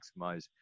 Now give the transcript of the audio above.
maximize